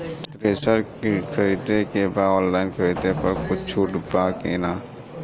Thresher खरीदे के बा ऑनलाइन खरीद पर कुछ छूट बा कि न?